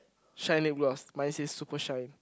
shine lip gloss mine says super shine